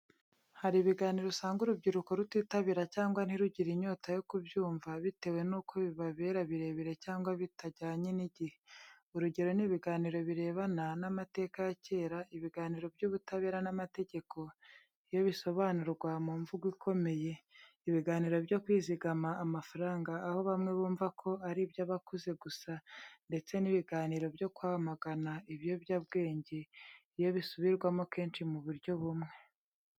Hari ibiganiro usanga urubyiruko rutitabira cyangwa ntirugire inyota yo kubyumva, bitewe n’uko bibabera birebire cyangwa bitajyanye n’igihe. Urugero ni ibiganiro birebana n’amateka ya kera, ibiganiro by’ubutabera n’amategeko iyo bisobanurwa mu mvugo ikomeye, ibiganiro byo kwizigama amafaranga aho bamwe bumva ko ari iby’abakuze gusa, ndetse n’ibiganiro byo kwamagana ibiyobyabwenge iyo bisubirwamo kenshi mu buryo bumwe.